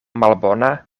malbona